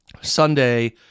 Sunday